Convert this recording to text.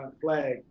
flag